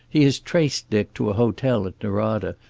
he has traced dick to a hotel at norada,